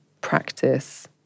practice